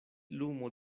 lumo